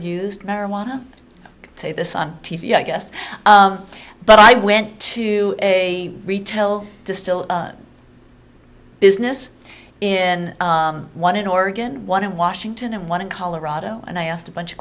used marijuana say this on t v i guess but i went to a retail distil business in one in oregon one in washington and one in colorado and i asked a bunch of